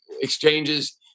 exchanges